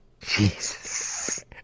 Jesus